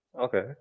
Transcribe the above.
Okay